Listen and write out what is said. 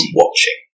watching